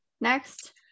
Next